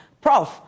Prof